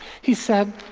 he said